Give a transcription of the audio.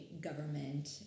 government